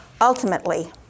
ultimately